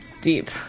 Deep